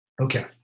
Okay